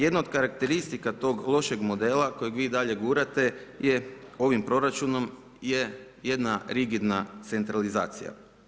Jedno od karakteristika tog lošeg modela, kojeg vi i dalje gurate, je ovim proračunom je jedna rigidna centralizacija.